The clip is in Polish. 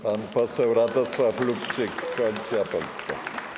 Pan poseł Radosław Lubczyk, Koalicja Polska.